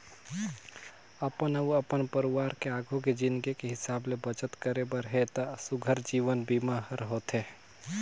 अपन अउ अपन परवार के आघू के जिनगी के हिसाब ले बचत करे बर हे त सुग्घर जीवन बीमा हर होथे